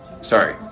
Sorry